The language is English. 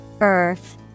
Earth